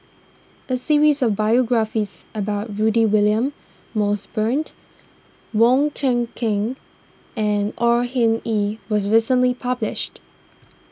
a series of biographies about Rudy William Mosbergen Wong Kan Seng and Au Hing Yee was recently published